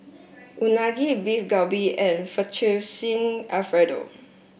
Unagi Beef Galbi and Fettuccine Alfredo